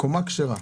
קומות כשרות.